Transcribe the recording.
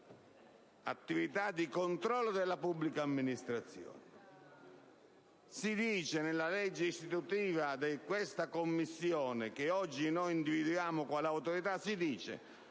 attività di controllo della pubblica amministrazione. Nella legge istitutiva della Commissione che oggi noi individuiamo quale Autorità